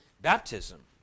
baptism